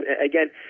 Again